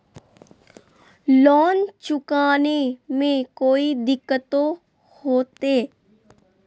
Loan चुकाने में कोई दिक्कतों होते?